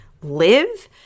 live –